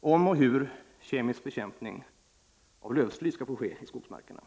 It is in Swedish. om och hur kemisk bekämpning av lövsly skall få ske i skogsmarkerna.